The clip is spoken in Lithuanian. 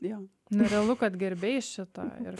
jo nerealu kad gerbėjai šito ir